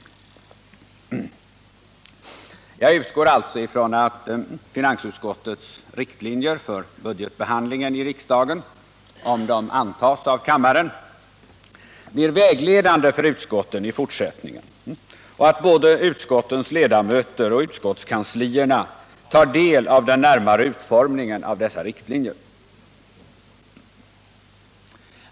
Jag utgår ifrån att finansutskottets riktlinjer för budgetbehandlingen i riksdagen, om de antas av kammaren, blir vägledande för utskotten i fortsättningen och att såväl utskottens ledamöter som utskottskanslierna tar del av den närmare utformningen av dessa riktlinjer.